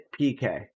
PK